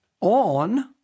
on